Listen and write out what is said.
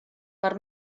per